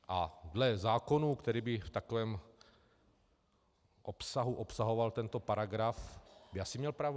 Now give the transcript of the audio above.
A dle zákona, který by v takovém obsahu obsahoval tento paragraf, by asi měl pravdu.